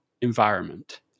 environment